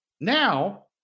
Now